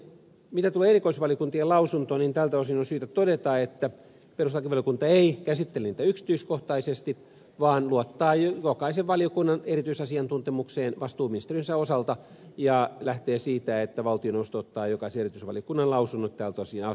mitä tulee erikoisvaliokuntien lausuntoon tältä osin on syytä todeta että perustuslakivaliokunta ei käsitellyt niitä yksityiskohtaisesti vaan luottaa jokaisen valiokunnan erityisasiantuntemukseen vastuuministeriönsä osalta ja lähtee siitä että valtioneuvosto ottaa jokaisen erityisvaliokunnan lausunnot tältä osin asianmukaisesti huomioon